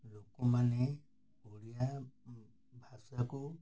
ଲୋକମାନେ ଓଡ଼ିଆ ଭାଷାକୁ